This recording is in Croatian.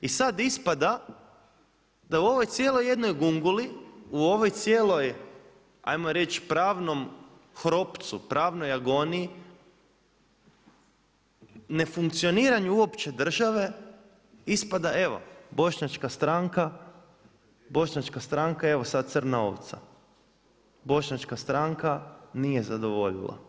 I sada ispada da u ovoj cijeloj jednoj gunguli u ovoj cijeloj ajmo reći pravnom hropcu, pravnoj agoniji ne funkcioniranju uopće države ispada evo, bošnjačka stranka evo sada crna ovca, bošnjačka stranka nije zadovoljila.